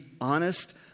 honest